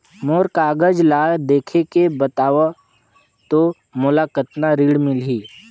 मोर कागज ला देखके बताव तो मोला कतना ऋण मिलही?